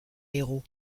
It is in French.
héros